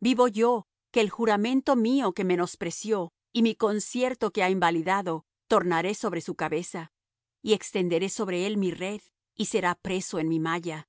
vivo yo que el juramento mío que menospreció y mi concierto que ha invalidado tornaré sobre su cabeza y extenderé sobre él mi red y será preso en mi malla